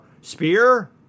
spear